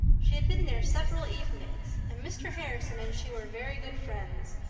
she had been there several evenings and mr. harrison and she were very good friends,